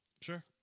Sure